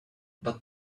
but